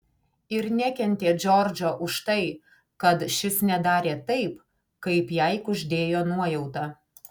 ir nekentė džordžo už tai kad šis nedarė taip kaip jai kuždėjo nuojauta